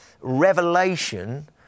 revelation